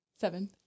Seven